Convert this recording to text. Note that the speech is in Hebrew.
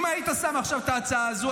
אם היית שם עכשיו את ההצעה הזו,